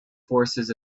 forces